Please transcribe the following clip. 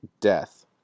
Death